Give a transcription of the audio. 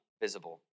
visible